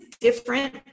different